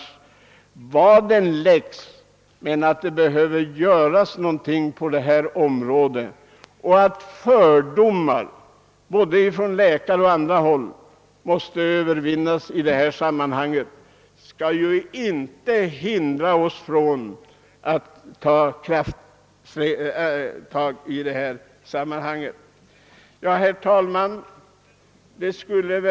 Men var denna professur än inrättas, måste det göras någonting på området. Fördomar både hos läkare och andra måste övervinnas, men det får inte hindra oss från att ta krafttag i detta sammanhang.